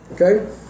Okay